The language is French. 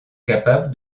capable